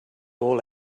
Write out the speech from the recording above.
all